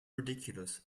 ridiculous